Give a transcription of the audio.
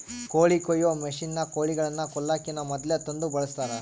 ಕೋಳಿ ಕೊಯ್ಯೊ ಮಷಿನ್ನ ಕೋಳಿಗಳನ್ನ ಕೊಲ್ಲಕಿನ ಮೊದ್ಲೇ ತಂದು ಬಳಸ್ತಾರ